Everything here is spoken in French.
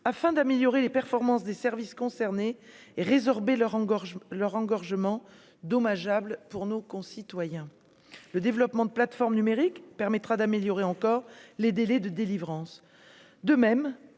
afin d'améliorer les performances des services concernés et résorber leur engorgement leur engorgement dommageable pour nos concitoyens, le développement de plateformes numériques permettra d'améliorer encore les délais de délivrance